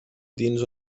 dins